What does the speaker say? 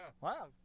Wow